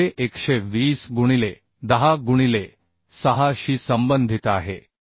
7 हे 120 गुणिले 10 गुणिले 6 शी संबंधित आहे